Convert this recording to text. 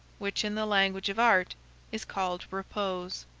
which in the language of art is called repose.